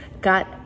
got